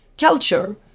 culture